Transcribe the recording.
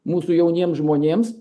mūsų jauniem žmonėms